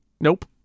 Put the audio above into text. Nope